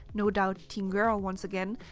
no doubt, teen girl, once again,